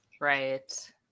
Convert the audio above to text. Right